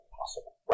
possible